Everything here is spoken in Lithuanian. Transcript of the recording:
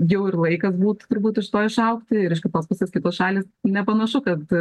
jau ir laikas būtų turbūt iš to išaugti ir iš kitos pusės kitos šalys nepanašu kad